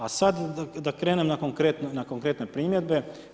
A sada da krenem na konkretne primjedbe.